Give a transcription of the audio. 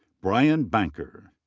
brian banker.